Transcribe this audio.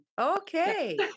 okay